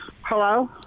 Hello